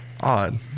Odd